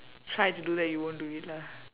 try to do that you won't do it lah